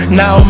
now